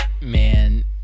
Man